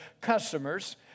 customers